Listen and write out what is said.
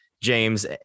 James